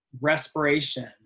respiration